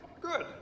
Good